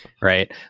right